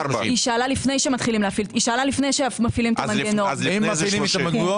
היא שאלה לפני שמפעילים את המנגנון.